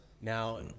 Now